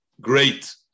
great